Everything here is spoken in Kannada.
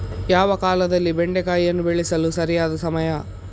ಯಾವ ಕಾಲದಲ್ಲಿ ಬೆಂಡೆಕಾಯಿಯನ್ನು ಬೆಳೆಸಲು ಸರಿಯಾದ ಸಮಯ?